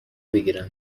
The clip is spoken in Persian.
بگیرم